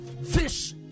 Fish